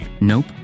Nope